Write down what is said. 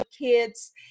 kids